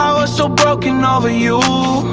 um was so broken over you